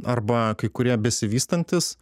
arba kai kurie besivystantys